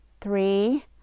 three